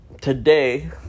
today